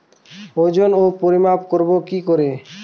ওজন ও পরিমাপ করব কি করে?